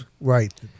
right